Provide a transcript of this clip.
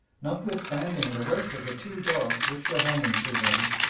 notwithstanding the weight of the two dogs which were hanging to him,